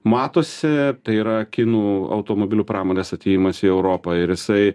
matosi tai yra kinų automobilių pramonės atėjimas į europą ir jisai